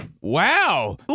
wow